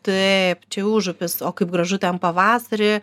taip čia užupis o kaip gražu ten pavasarį